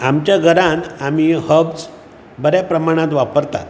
आमच्या घरांत आमी हब्स बरें प्रमाणांत वापरतात